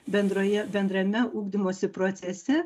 bendroje bendrame ugdymosi procese